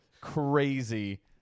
crazy